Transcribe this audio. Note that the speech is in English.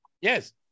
Yes